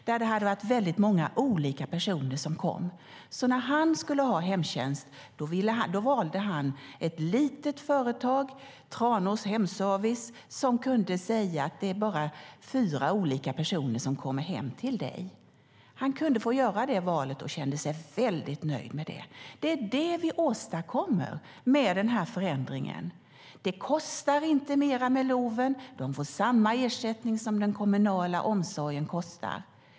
Då hade det varit många olika personer som kom, så när han skulle ha hemtjänst valde han ett litet företag - Tranås Hemservice - som kunde säga att bara fyra olika personer skulle komma hem till honom. Han kunde göra det valet, och han kände sig väldigt nöjd med det. Det är det vi åstadkommer med den här förändringen. Det kostar inte mer med LOV; de får samma ersättning som den kommunala omsorgen kostar.